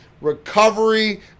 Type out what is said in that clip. recovery